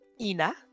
Ina